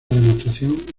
demostración